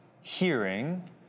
hearing